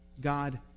God